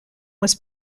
was